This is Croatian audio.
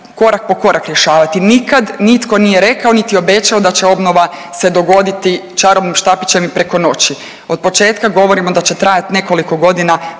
korak po korak rješavati. Nikad nitko nije rekao niti obećao da će obnova se dogoditi čarobnim štapićem i preko noći. Od početka govorimo da će trajati nekoliko godina